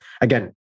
Again